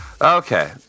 Okay